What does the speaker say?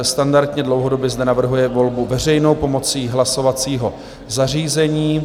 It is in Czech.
Standardně dlouhodobě zde navrhuje volbu veřejnou pomocí hlasovacího zařízení.